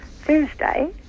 Thursday